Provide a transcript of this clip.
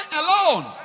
alone